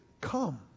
come